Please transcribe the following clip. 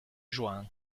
juan